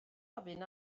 ofyn